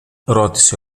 ρώτησε